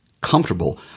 comfortable